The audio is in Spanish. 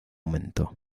aumentó